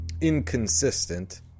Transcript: inconsistent